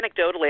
anecdotally